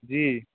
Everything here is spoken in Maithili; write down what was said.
जी